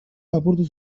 lapurtu